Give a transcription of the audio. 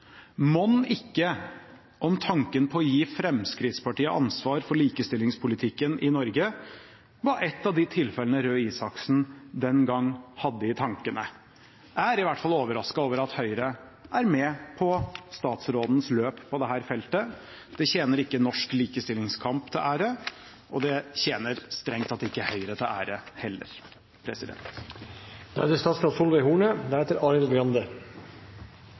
Mon ikke tanken på å gi Fremskrittspartiet ansvar for likestillingspolitikken i Norge var et av de tilfellene Røe Isaksen den gang hadde i tankene. Jeg er i hvert fall overrasket over at Høyre er med på statsrådens løp på dette feltet. Det tjener ikke norsk likestillingskamp til ære, og det tjener strengt tatt ikke Høyre til ære heller.